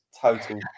total